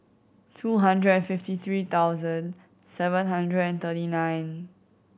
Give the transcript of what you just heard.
two hundred and fifty three thousand seven hundred and thirty nine